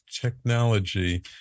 technology